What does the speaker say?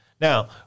Now